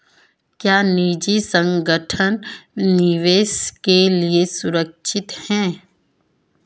क्या निजी संगठन निवेश के लिए सुरक्षित हैं?